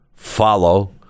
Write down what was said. Follow